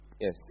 Yes